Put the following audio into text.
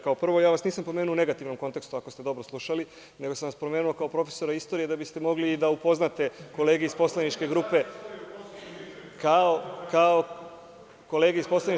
Kao prvo, ja vas nisam pomenuo u negativnom kontekstu, ako ste dobro slušali, nego sam vas spomenuo kao profesora istorije da biste mogli i da upoznate kolege iz poslaničke grupe o odnosima između Srbije i Albanije.